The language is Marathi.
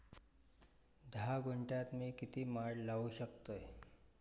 धा गुंठयात मी किती माड लावू शकतय?